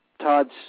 Todd's